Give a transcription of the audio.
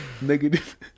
Negative